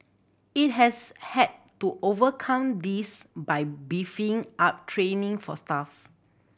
it has had to overcome this by beefing up training for staff